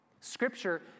Scripture